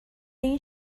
این